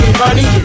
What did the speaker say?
money